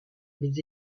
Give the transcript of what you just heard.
les